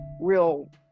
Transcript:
real